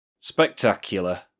Spectacular